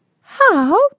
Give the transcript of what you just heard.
How